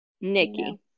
Nikki